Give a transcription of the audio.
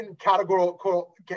categorical